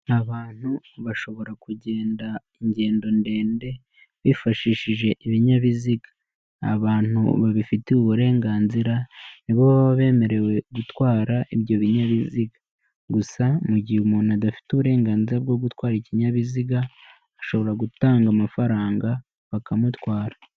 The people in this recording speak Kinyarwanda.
Abantu bashobora kugenda ingendo ndende, bifashishije ibinyabiziga. Abantu babifitiye uburenganzira nibo baba bemerewe gutwara ibyo binyabiziga. Gusa mu gihe umuntu adafite uburenganzira bwo gutwara ikinyabiziga, ashobora gutanga amafaranga bakamutwara.